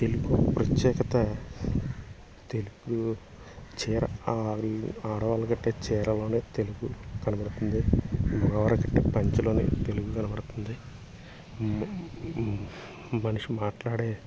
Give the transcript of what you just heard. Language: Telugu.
తెలుగు ప్రత్యేకత తెలుగు చీర ఆడవాళ్ళు కట్టే చీరలోనే తెలుగు కనబడుతుంది మగవాళ్ళు కట్టే పంచలోనే తెలుగు కనబడుతుంది మనిషి మాట్లాడే